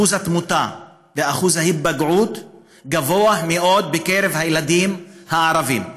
אחוז התמותה ואחוז ההיפגעות גבוה מאוד בקרב הילדים הערבים.